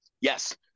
Yes